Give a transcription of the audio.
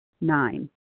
Nine